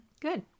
Good